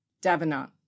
Davenant